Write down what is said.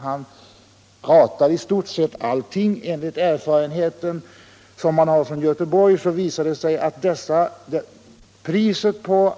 Han ratar då i stort sett allt annat, och enligt de erfarenheter som man har gjort i Göteborg har det visat sig att priset på